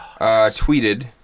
tweeted